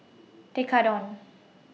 Tekkadon